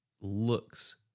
looks